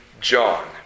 John